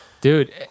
dude